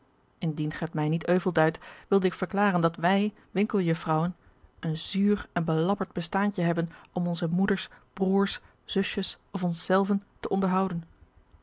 indien ge het mij niet euvel duidt wilde ik verklaren dat wij winkeljuffrouwen een zuur en belabberd bestaantje hebben om onze moeders broers zusjes of ons zelven te onderhouden